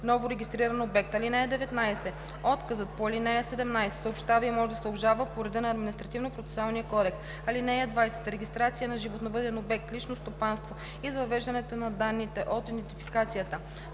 новорегистриран обект. (19) Отказът по ал. 17 се съобщава и може да се обжалва по реда на Административнопроцесуалния кодекс. (20) За регистрация на животновъден обект – лично стопанство и за въвеждане на данните от идентификацията